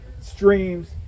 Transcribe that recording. streams